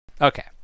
Okay